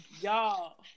Y'all